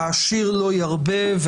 העשיר לא ירבה,